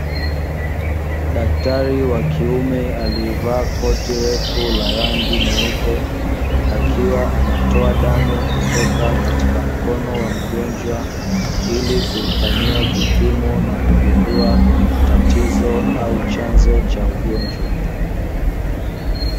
Daktari wa kiume aliyevaa koti refu la rangi nyeupe, akiwa anatoa damu kutoka katika mkono wa mgonjwa, ili kuifanyia vipimo na kugundua tatizo au chanzo cha ugonjwa.